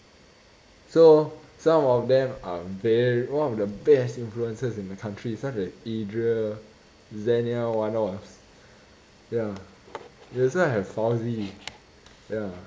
so some of them are very one of the best influencers in the country such as adria zanial what not ya we also have fauzi ya